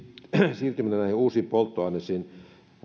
siirtyminen näihin uusiin polttoaineisiin